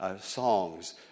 songs